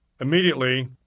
Immediately